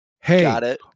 Hey